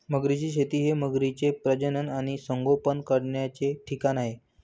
मगरींची शेती हे मगरींचे प्रजनन आणि संगोपन करण्याचे ठिकाण आहे